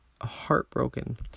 heartbroken